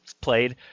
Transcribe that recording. played